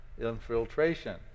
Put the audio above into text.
infiltration